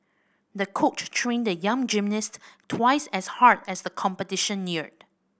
the coach trained the young gymnast twice as hard as the competition neared